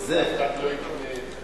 אף אחד לא יקנה את זה.